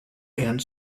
and